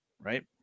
Right